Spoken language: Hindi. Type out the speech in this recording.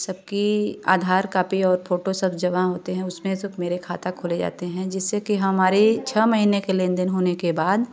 सब की आधार कापी और फोटो सब जगह होते हैं उसमें सिर्फ़ मेरे खाता खोले जाते हैं जिससे कि हमारे छः महीने के लेन देन होने के बाद